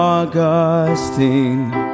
Augustine